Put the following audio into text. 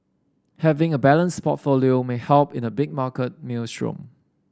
having a balanced portfolio may help in a big market maelstrom